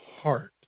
heart